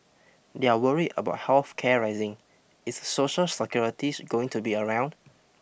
they're worried about health care rising is social securities going to be around